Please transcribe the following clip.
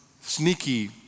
sneaky